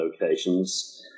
locations